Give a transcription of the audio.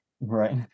Right